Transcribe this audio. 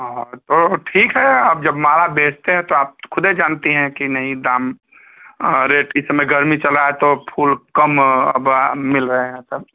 हाँ हाँ तो ठीक है आप जब माला बेचती हैं तो आप तो खुदे जानती हैं कि नहीं दाम रेट इस समय गर्मी चल रही तो फूल कम अब मिल रहे हैं तब